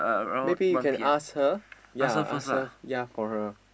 maybe you can ask her ya ask her ya for her